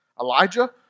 Elijah